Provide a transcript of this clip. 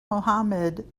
muhammad